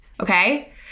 Okay